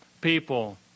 people